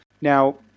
Now